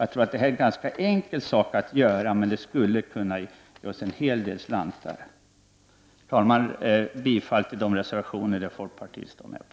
Jag tror att detta är ett ganska enkelt system att genomföra, och det skulle kunna ge en hel del slantar. Herr talman! Jag yrkar bifall till de reservationer som folkpartiet står bakom.